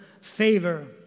favor